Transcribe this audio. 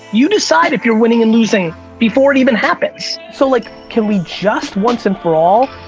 you decide if you're winning and losing before it even happens. so like, can we just once and for all,